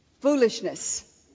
foolishness